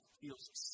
feels